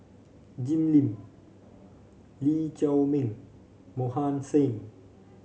Jim Lim Lee Chiaw Meng Mohan Singh